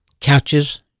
Couches